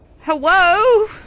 Hello